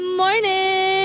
morning